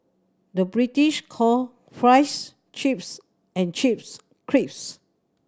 the British call fries chips and chips crisps